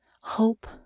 hope